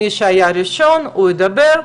מי שהיה הראשון הוא ידבר,